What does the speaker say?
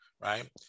right